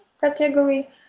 category